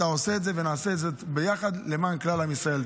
אתה עושה את זה ונעשה את זה ביחד למען כלל עם ישראל.